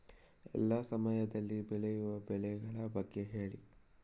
ಎಲ್ಲಾ ಸಮಯದಲ್ಲಿ ಬೆಳೆಯುವ ಬೆಳೆಗಳ ಬಗ್ಗೆ ಹೇಳಿ